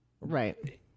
Right